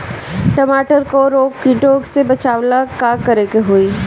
टमाटर को रोग कीटो से बचावेला का करेके होई?